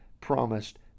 promised